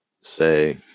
say